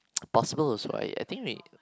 possible also I I think we